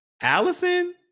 Allison